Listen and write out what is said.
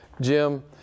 Jim